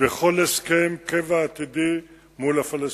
בכל הסכם קבע עתידי מול הפלסטינים.